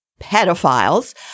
pedophiles